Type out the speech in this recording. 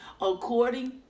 according